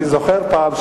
אני זוכר פעם,